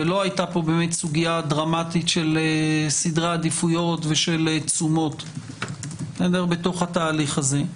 ולא היתה פה באמת סוגיה דרמטית של סדרי עדיפויות ושל תשומות בתהליך הזה,